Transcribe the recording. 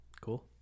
cool